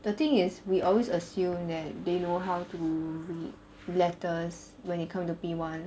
the thing is we always assume that they know how to read letters when it come to P one